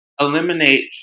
eliminate